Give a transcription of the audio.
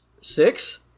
Six